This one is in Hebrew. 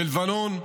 בלבנון,